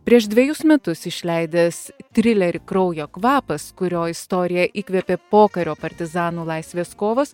prieš dvejus metus išleidęs trilerį kraujo kvapas kurio istoriją įkvėpė pokario partizanų laisvės kovos